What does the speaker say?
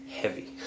heavy